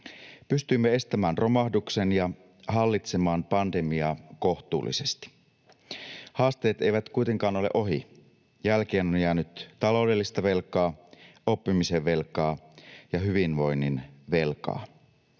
Pystyimme estämään romahduksen ja hallitsemaan pandemiaa kohtuullisesti. Haasteet eivät kuitenkaan ole ohi: jälkeen on jäänyt taloudellista velkaa, oppimisen velkaa ja hyvinvoinnin velkaa.